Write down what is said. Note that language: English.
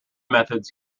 methods